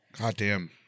Goddamn